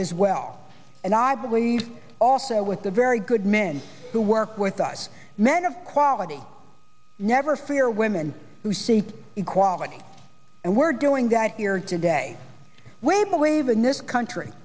as well and i believe also with the very good men who work with us men of quality never fear women who see equality and we're doing that here today where we believe in this country